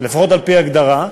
לפחות על-פי הגדרה.